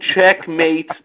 checkmate